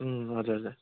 अँ हजुर हजुर